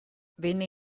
venne